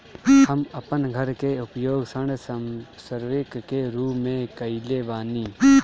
हम अपन घर के उपयोग ऋण संपार्श्विक के रूप में कईले बानी